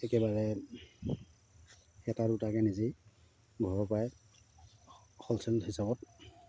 একেবাৰে এটা দুটাকৈ নিজেই ঘৰৰপৰাই হ'লচেল হিচাপত